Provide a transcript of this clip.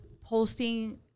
posting